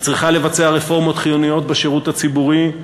היא צריכה לבצע רפורמות חיוניות בשירות הציבורי,